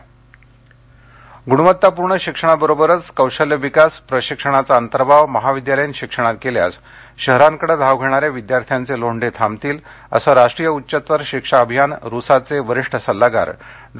पदवीदान हिंगोली गुणवत्तापूर्ण शिक्षणाबरोबरच कौशल्य विकास प्रशिक्षणाचा अंतर्भाव महाविद्यालयीन शिक्षणात केल्यास शहराकडे धाव घेणारे विद्यार्थ्यांचे लोंढे थांबतील असं राष्ट्रीय उच्चतर शिक्षा अभियान रूसाचे वरिष्ठ सल्लागार डॉ